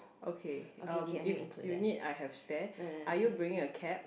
okay um if you need I have spare are you bringing a cap